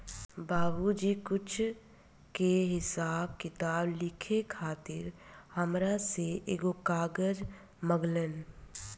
बाबुजी कुछ के हिसाब किताब लिखे खातिर हामरा से एगो कागज मंगलन